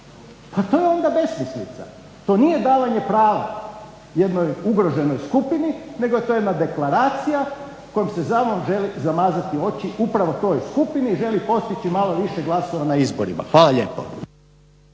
Pa to je onda besmislica, to nije davanje prava jednoj ugroženoj skupini nego je to jedna deklaracija kojom se samo želi zamazati oči upravo toj skupini, želi postići malo više glasova na izborima. Hvala lijepo.